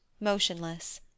motionless